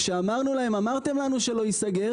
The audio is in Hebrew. כשאמרנו להם שהם אמרו לנו שהוא לא ייסגר,